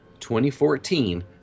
2014